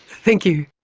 thank you.